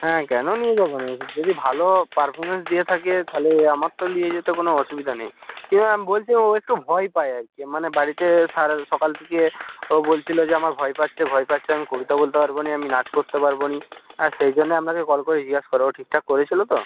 হ্যাঁ কেন নিয়ে যাব না যদি ভালো পারফরমেন্স দিয়ে থাকে তাহলে আমার তো নিয়ে যেতে কোনো অসুবিধা নেই কিন্তু ম্যাম বলছি ও একটু ভয় পায় আর কি মানে বাড়িতে সারা সকাল থেকে ও বলছিল যে আমার ভয় পাচ্ছে ভয় পাচ্ছে আমি কবিতা বলতে পারব না আমি নাচ করতে পারব না সেই জন্যে আপনাকে কল করে জিজ্ঞাসা করা ও ঠিকঠাক করেছিল তো